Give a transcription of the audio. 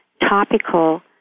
topical